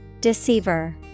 Deceiver